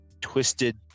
twisted